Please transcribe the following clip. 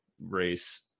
race